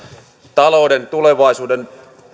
talouden tulevaisuuden